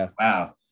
wow